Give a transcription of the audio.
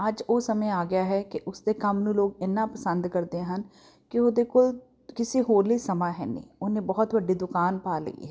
ਅੱਜ ਉਹ ਸਮਾਂ ਆ ਗਿਆ ਹੈ ਕਿ ਉਸ ਦੇ ਕੰਮ ਨੂੰ ਲੋਕ ਇੰਨਾ ਪਸੰਦ ਕਰਦੇ ਹਨ ਕਿ ਉਹਦੇ ਕੋਲ ਕਿਸੇ ਹੋਰ ਲਈ ਸਮਾਂ ਹੈ ਨਹੀਂ ਉਹਨੇ ਬਹੁਤ ਵੱਡੀ ਦੁਕਾਨ ਪਾ ਲਈ ਹੈ